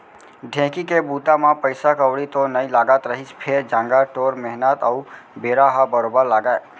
ढेंकी के बूता म पइसा कउड़ी तो नइ लागत रहिस फेर जांगर टोर मेहनत अउ बेरा ह बरोबर लागय